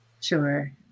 Sure